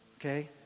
Okay